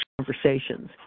conversations